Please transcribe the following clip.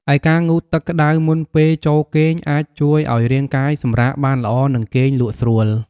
ឯការងូតទឹកក្តៅមុនពេលចូលគេងអាចជួយឲ្យរាងកាយសម្រាកបានល្អ និងគេងលក់ស្រួល។